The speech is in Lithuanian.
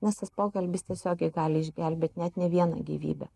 nes tas pokalbis tiesiogiai gali išgelbėt net ne vieną gyvybę